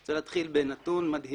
אני רוצה להתחיל בנתון מדהים.